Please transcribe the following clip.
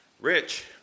rich